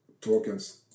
tokens